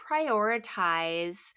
prioritize